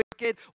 wicked